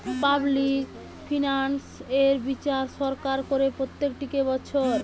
public finance এর বিচার সরকার করে প্রত্যেকটি বছর